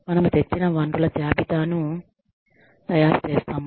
మనము తెచ్చిన వనరుల జాబితాను తయారు చేస్తాము